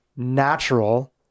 natural